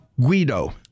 guido